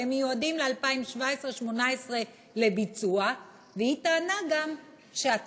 אבל הם מיועדים לביצוע ב-2017 2018. והיא טענה גם שהתכנון,